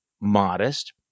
modest